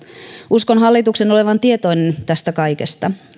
uskon hallituksen olevan tietoinen tästä kaikesta